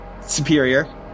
superior